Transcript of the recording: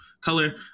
color